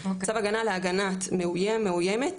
צו הגנה להגנת מאוים או מאוימת,